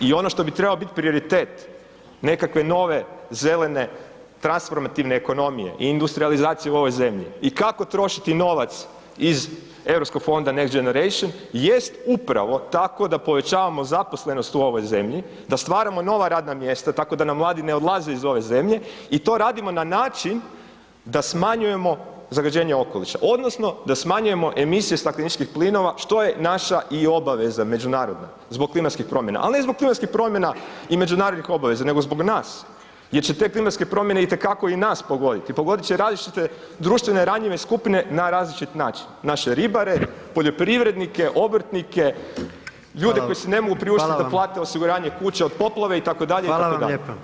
I ono što bi trebao bit prioritet nekakve nove zelene transformativne ekonomije i industrijalizacije u ovoj zemlji i kako trošiti novac iz europskog fonda … [[Govornik se ne razumije]] jest upravo tako da povećavamo zaposlenost u ovoj zemlji, da stvaramo nova radna mjesta da nam mladi ne odlaze iz ove zemlje i to radimo na način da smanjujemo zagađenje okoliša odnosno da smanjujemo emisije stakleničkih plinova što je naša i obaveza međunarodna zbog klimatskih promjera, a ne zbog klimatskih promjena i međunarodnih obaveza nego zbog nas jer će te klimatske promjene itekako i nas pogoditi, pogodit će različite društvene ranjive skupine na različit način, naše ribare, poljoprivrednike, obrtnike [[Upadica: Hvala]] ljude koji si ne mogu priuštiti [[Upadica: Hvala vam]] da plate osiguranje kuća od poplave itd